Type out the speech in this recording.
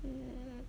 mm